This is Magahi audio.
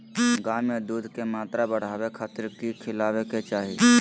गाय में दूध के मात्रा बढ़ावे खातिर कि खिलावे के चाही?